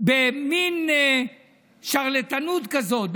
במין שרלטנות כזאת,